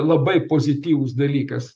labai pozityvus dalykas